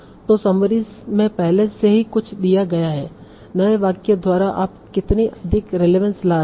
तो समरी में पहले से ही कुछ दिया गया है नए वाक्य द्वारा आप कितनी अधिक रेलेवंस ला रहे हैं